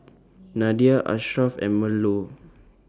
Nadia Ashraf and Melur